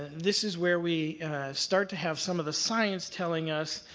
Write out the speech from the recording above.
this is where we start to have some of the science telling us,